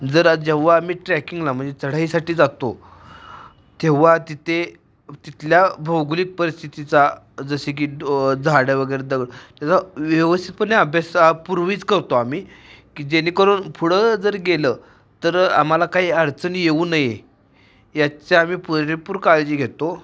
जरा जेव्हा आम्ही ट्रॅकिंगला म्हणजे चढाईसाठी जातो तेव्हा तिथे तिथल्या भौगोलिक परिस्थितीचा जसे की झाडं वगैरे दगड त्याचा व्यवस्थितपणे अभ्यास हा पूर्वीच करतो आम्ही की जेणेकरून पुढं जर गेलं तर आम्हाला काही अडचणी येऊ नये याचा आम्ही पुरेपूर काळजी घेतो